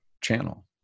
channel